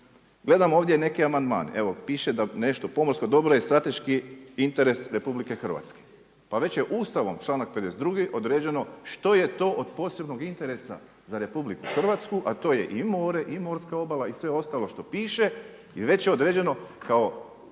Gledam ovdje neke amandmane. Evo piše da nešto pomorsko dobro je strateški interes RH. Pa već je Ustavom, čl.52. određeno što je to od posebnog interesa za RH, a to je i more i morska obala i sve ostalo što piše i već je određeno kao